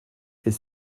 est